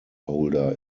holder